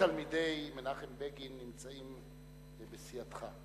הרבה מתלמידי מנחם בגין נמצאים בסיעתך.